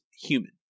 human